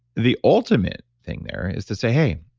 the ultimate thing there is to say, hey,